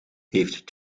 heeft